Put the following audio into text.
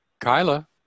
Kyla